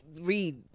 read